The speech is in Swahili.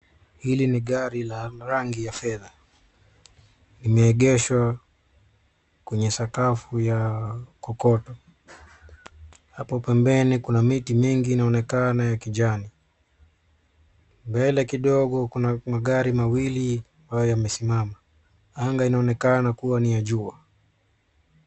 Hili ni gari la rangi ya fedha. Limeegeshwa kwenye sakafu ya kokote. Hapo pembeni kuna miti mingi inaonekana ya kijani. Mbele kidogo kuna magari mawili amabayo yamesimama. Anga inaonekana kuwa ni ya jua.